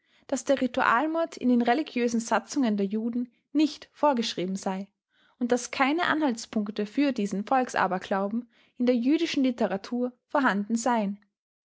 daß der ritualmord in den religiösen satzungen der juden nicht vorgeschrieben sei und daß keine anhaltspunkte für diesen volksaberglauben in der jüdischen literatur vorhanden seien